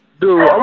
Dude